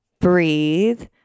breathe